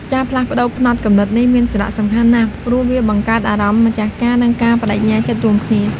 ការផ្លាស់ប្តូរផ្នត់គំនិតនេះមានសារៈសំខាន់ណាស់ ព្រោះវាបង្កើតអារម្មណ៍ម្ចាស់ការ និងការប្តេជ្ញាចិត្តរួមគ្នា។